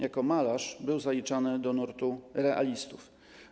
Jako malarz był zaliczany do nurtu realistów.